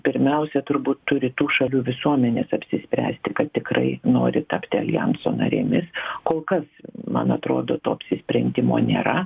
pirmiausia turbūt turi tų šalių visuomenės apsispręsti kad tikrai nori tapti aljanso narėmis kol kas man atrodo to apsisprendimo nėra